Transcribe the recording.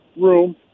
room